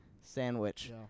sandwich